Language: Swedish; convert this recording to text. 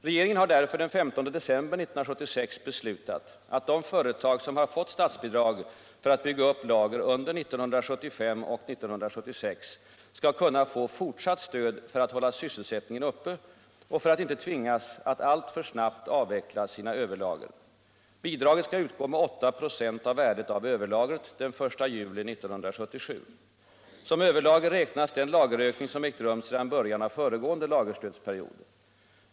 Regeringen har därför den 15 december 1976 beslutat att de företag som har fått statsbidrag för att bygga upp lager under 1975 och 1976 skall kunna få fortsatt stöd för att hålla sysselsättningen uppe och för att inte tvingas att alltför snabbt avveckla sina överlager. Bidraget skall utgå med 8 96 av värdet av överlagret den 1 juli 1977. Som överlager räknas den lagerökning som ägt rum sedan början av föregående lagerstödsperiod.